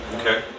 Okay